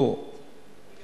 ברור או ברורה?